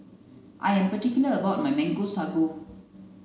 I am particular about my mango sago